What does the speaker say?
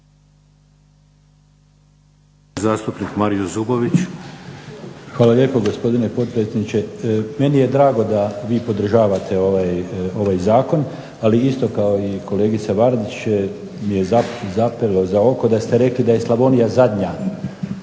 Hvala lijepo gospodine potpredsjedniče. Meni je drago da vi podržavate ovaj zakon, ali isto kao i kolegica Vardić mi je zapelo za oko da ste rekli da je Slavonija zadnja